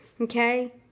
okay